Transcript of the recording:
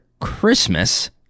Christmas